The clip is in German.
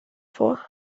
vor